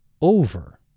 Over